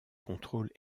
contrôle